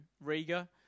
Riga